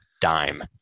dime